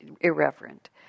irreverent